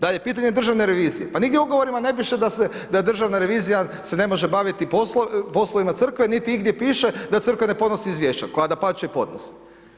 Dalje, pitanje državne revizije, pa nigdje u ugovorima ne piše da se, da državna revizija se ne može baviti poslovima crkve niti igdje piše da crkva na podnosi izvješća, koja dapače i ponosi.